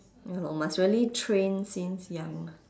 ya lor must really train since young